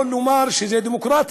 זה דמוקרטי.